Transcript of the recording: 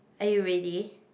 are you ready